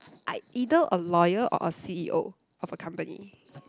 I either a lawyer or a C_E_O of a company